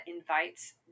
invites